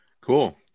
Cool